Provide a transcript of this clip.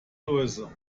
läuse